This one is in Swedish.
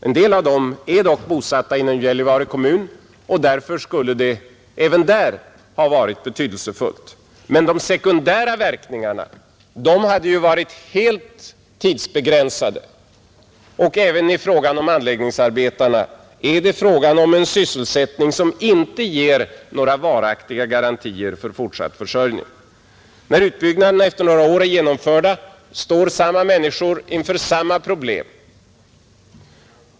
En del av dem är dock bosatta inom Gällivare kommun, och därför skulle det även där ha varit betydelsefullt. Men de sekundära verkningarna hade ju varit helt tidsbegränsade, och även i fråga om anläggningsarbetarna gäller det en sysselsättning som inte ger några varaktiga garantier för fortsatt försörjning. När utbyggnaderna efter några år är genomförda kvarstår samma problem.